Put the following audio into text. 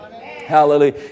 Hallelujah